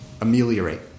ameliorate